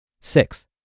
Six